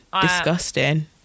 Disgusting